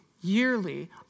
yearly